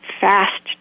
fast